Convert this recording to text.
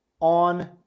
on